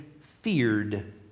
feared